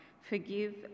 Forgive